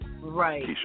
Right